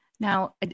Now